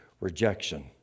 rejection